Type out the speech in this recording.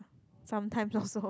sometimes also